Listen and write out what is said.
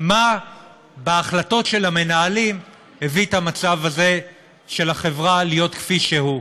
מה בהחלטות של המנהלים הביא את המצב הזה של החברה להיות כפי שהוא.